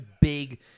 big